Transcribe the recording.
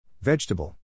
Vegetable